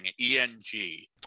E-N-G